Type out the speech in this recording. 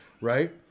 right